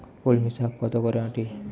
কলমি শাখ কত করে আঁটি?